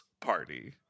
party